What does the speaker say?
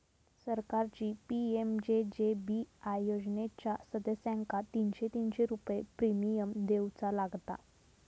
सरकारची पी.एम.जे.जे.बी.आय योजनेच्या सदस्यांका तीनशे तीनशे रुपये प्रिमियम देऊचा लागात